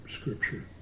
Scripture